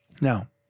Now